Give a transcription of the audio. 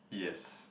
yes